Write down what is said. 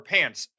Pants